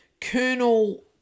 Colonel